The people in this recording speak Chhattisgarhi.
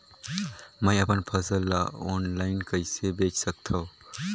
मैं अपन फसल ल ऑनलाइन कइसे बेच सकथव?